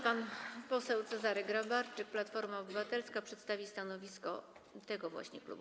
Pan poseł Cezary Grabarczyk, Platforma Obywatelska, przedstawi stanowisko tego właśnie klubu.